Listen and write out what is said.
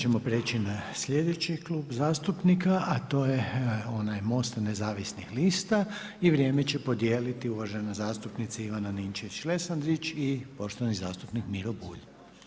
Sad ćemo prijeći na sljedeći klub zastupnika, a to je onaj MOST-a nezavisnih lista i vrijeme će podijeliti uvažena zastupnica Ivana Ninčević Lesandrić i poštovani zastupnik Miro Bulj.